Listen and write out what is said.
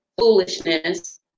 foolishness